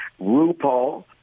RuPaul